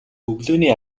өглөөний